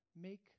Make